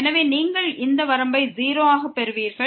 எனவே நீங்கள் இந்த வரம்பை 0 ஆகபெறுவீர்கள்